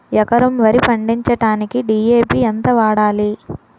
ఎకరం వరి పండించటానికి డి.ఎ.పి ఎంత వాడాలి?